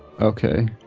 Okay